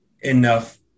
enough